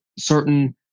certain